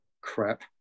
crap